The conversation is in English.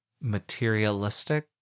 materialistic